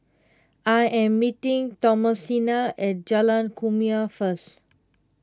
I am meeting Thomasina at Jalan Kumia first